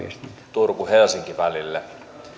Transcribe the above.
turku helsinki välille